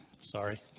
sorry